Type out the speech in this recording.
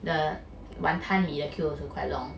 the wanton mee 的 queue also quite long